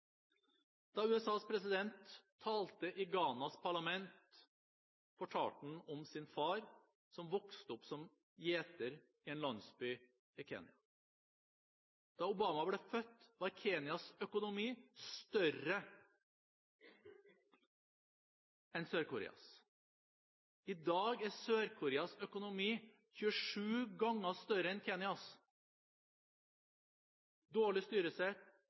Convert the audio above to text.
Da USAs president talte i Ghanas parlament, fortalte han om sin far, som vokste opp som gjeter i en landsby i Kenya. Da Obama ble født, var Kenyas økonomi større enn Sør-Koreas. I dag er Sør-Koreas økonomi 27 ganger større enn Kenyas. Dårlig styresett,